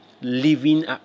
living